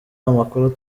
amakuru